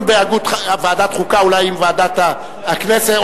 ועדת חוקה אולי עם ועדת הכנסת,